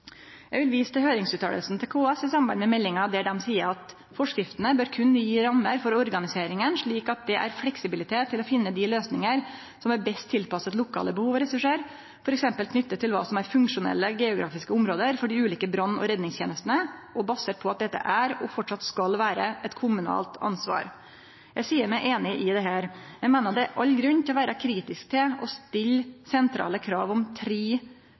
Eg vil vise til høyringsuttalen til KS i samband med meldinga, der dei seier: «Forskriftene bør kun gi rammer for organiseringen slik at det er fleksibilitet til å finne de løsninger som er best tilpasset lokale behov og ressurser, for eksempel knyttet til hva som er funksjonelle geografiske områder for de ulike brann- og redningstjenestene, og basert på at dette er – og fortsatt skal være – et kommunalt ansvar.» Eg seier meg einig i dette. Eg meiner det er all grunn til å vere kritisk til å stille sentrale krav om tre